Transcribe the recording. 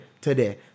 today